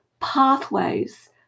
pathways